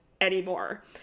anymore